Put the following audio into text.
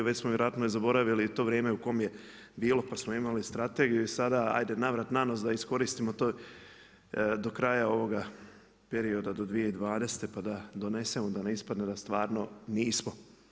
Vjerojatno smo i zaboravili to vrijeme u kom je bilo pa smo imali strategiju i sada ajde na vrat, na nos da iskoristimo to do kraja ovog perioda do 2020. pa da donesemo da ne ispadne da stvarno nismo.